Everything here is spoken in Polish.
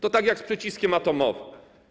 To tak jak z przyciskiem atomowym.